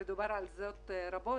ודובר על כל רבות,